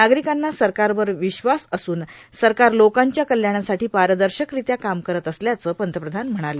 नागरिकांना सरकारवर विश्वास असून सरकार लोकांच्या कल्याणासाठी पारदर्शकरित्या काम करत असल्याचं पंतप्रधान म्हणाले